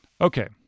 Okay